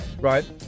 right